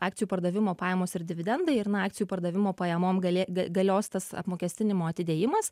akcijų pardavimo pajamos ir dividendai ir na akcijų pardavimo pajamom galė ga galios tas apmokestinimo atidėjimas